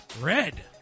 Red